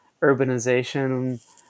urbanization